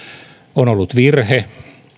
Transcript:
on ollut virhe